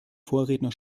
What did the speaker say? vorredner